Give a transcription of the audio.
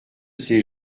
ses